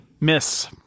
miss